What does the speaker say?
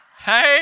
Hey